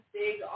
big